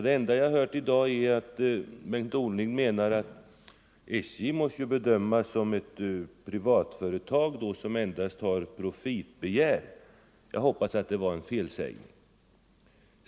Det enda jag har hört i dag är att Bengt Norling menar att SJ måste bedömas som ett privatföretag som endast har profitbegär. Jag hoppas att det var en felsägning.